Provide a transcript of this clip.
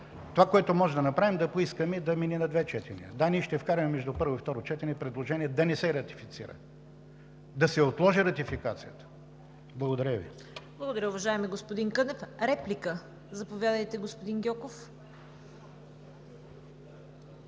Това, което можем да направим, е да поискаме да мине на две четения. Да, ние ще вкараме между първо и второ четене предложение да не се ратифицира – да се отложи ратификацията. Благодаря Ви. ПРЕДСЕДАТЕЛ ЦВЕТА КАРАЯНЧЕВА: Благодаря Ви, уважаеми господин Кънев. Реплика? Заповядайте, господин Гьоков.